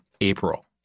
April